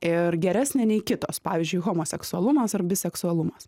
ir geresnė nei kitos pavyzdžiui homoseksualumas ar biseksualumas